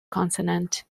consonant